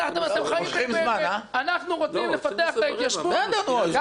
אנחנו רוצים לפתח את ההתיישבות גם בנגב.